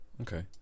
Okay